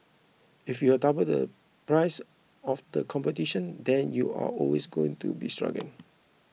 if you are double the price of the competition then you are always going to be struggling